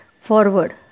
forward